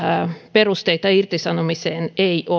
perusteita irtisanomiseen ei ole